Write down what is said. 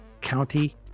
county